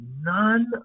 none